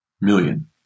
million